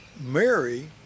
Mary